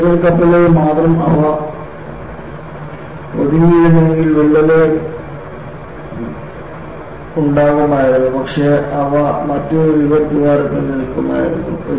riveted കപ്പലുകളിൽ മാത്രം അവർ ഒതുങ്ങിയിരുന്നുവെങ്കിൽ വിള്ളലുകൾ ഉണ്ടാകുമായിരുന്നു പക്ഷേ അവ മറ്റൊരു റിവറ്റ് ദ്വാരത്തിൽ നിൽക്കുമായിരുന്നു